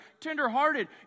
tenderhearted